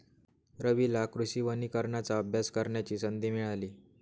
रवीला कृषी वनीकरणाचा अभ्यास करण्याची संधी मिळाली